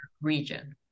region